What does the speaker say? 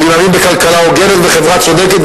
אני מאמין בכלכלה הוגנת וחברה צודקת,